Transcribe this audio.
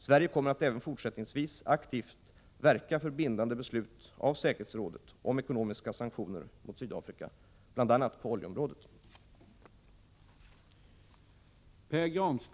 Sverige kommer att även fortsättningsvis aktivt verka för bindande beslut av säkerhetsrådet om ekonomiska sanktioner mot Sydafrika, bl.a. på oljeområdet.